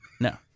No